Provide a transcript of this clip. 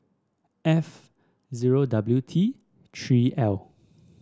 F zero W T Three L